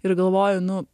ir galvoju nu